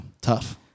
Tough